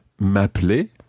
m'appeler